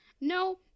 no